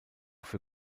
für